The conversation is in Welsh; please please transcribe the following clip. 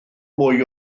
mwy